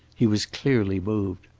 he was clearly moved.